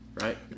right